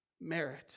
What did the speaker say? merit